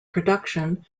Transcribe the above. production